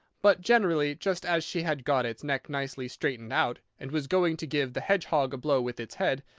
but generally, just as she had got its neck nicely straightened out, and was going to give the hedgehog a blow with its head,